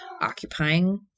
occupying